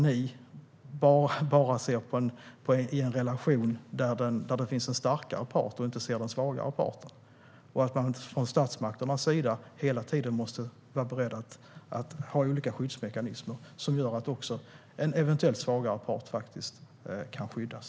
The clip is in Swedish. Ni ser bara till den starkare parten och inte till den svagare parten i en relation. Men från statsmakternas sida måste man hela tiden vara beredd att ha olika skyddsmekanismer som gör att en eventuellt svagare part kan skyddas.